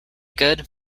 good